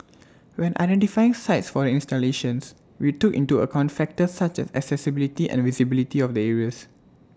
when identifying sites for installations we took into account factors such as accessibility and visibility of the areas